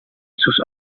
sus